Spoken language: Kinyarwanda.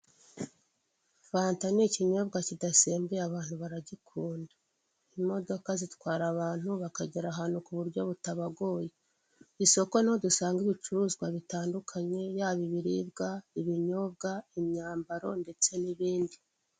fanta ni ikinyobwa kidasembuye abantu baragikunda, imodoka zitwara abantu bakagera ahantu ku buryo butabagoye, isoko niho dusanga ibicuruzwa bitandukanye yaba ibiribwa, ibinyobwa, imyambaro ndetse n'ibindi.